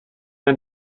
and